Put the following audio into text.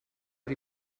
die